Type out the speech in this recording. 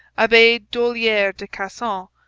abbe dollier de casson,